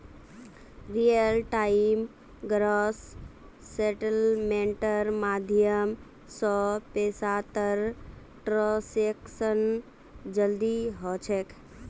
real time gross सेटलमेंटेर माध्यम स पैसातर ट्रांसैक्शन जल्दी ह छेक